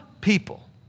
people